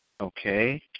Okay